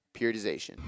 Periodization